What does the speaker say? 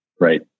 right